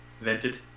Vented